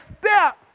step